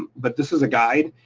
but this is a guide.